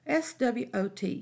SWOT